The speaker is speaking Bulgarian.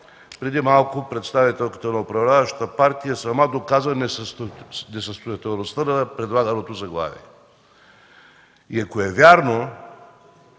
преди малко представителката на управляващата партия сама доказа несъстоятелността на предлаганото заглавие. И ако е вярно